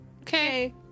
Okay